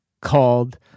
called